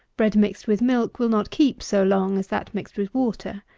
bread mixed with milk will not keep so long as that mixed with water.